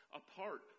apart